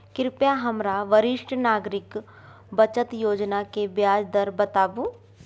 कृपया हमरा वरिष्ठ नागरिक बचत योजना के ब्याज दर बताबू